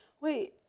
Wait